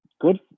Good